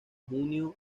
junio